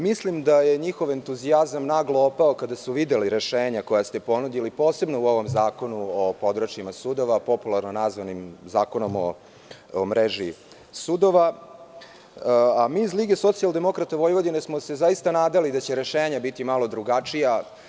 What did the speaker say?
Mislim da je njihov entuzijazam naglo opao kada su videli rešenja koja ste ponudili, posebno u ovom zakonu o područjima sudova popularno nazvanim zakonom o mreži sudova, a mi iz Lige socijaldemokrata Vojvodina smo se zaista nadali da će rešenja biti malo drugačija.